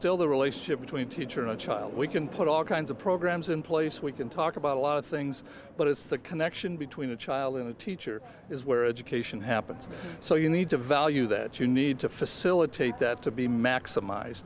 still the relationship between teacher and child we can put all kinds of programs in place we can talk about a lot of things but it's the connection between a child and a teacher is where education happens so you need to value that you need to facilitate that to be maximize